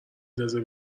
ندازه